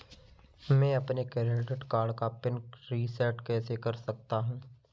मैं अपने credit card का पिन रिसेट कैसे कर सकता हूँ?